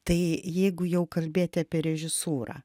tai jeigu jau kalbėti apie režisūrą